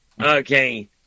okay